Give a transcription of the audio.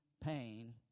pain